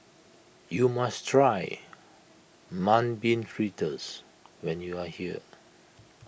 you must try Mung Bean Fritters when you are here